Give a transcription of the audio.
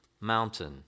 mountain